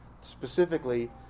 specifically